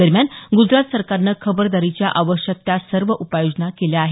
दरम्यान गुजरात सरकारनं खबरदारीच्या आवश्यक त्या सर्व उपाययोजना केल्या आहेत